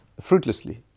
fruitlessly